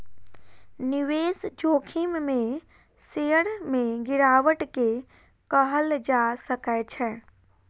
निवेश जोखिम में शेयर में गिरावट के कहल जा सकै छै